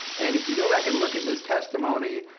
and if you go back and look at this testimony,